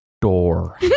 Door